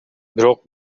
бирок